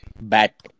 Bat